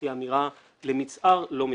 היא אמירה למצער לא מדויקת.